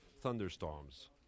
Thunderstorms